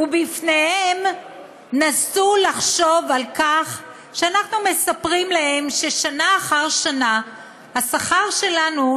ובפניהם נסו לחשוב על כך שאנחנו מספרים להם ששנה אחר שנה השכר שלנו,